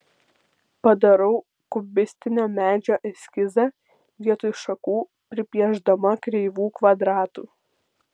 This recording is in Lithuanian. padarau kubistinio medžio eskizą vietoj šakų pripiešdama kreivų kvadratų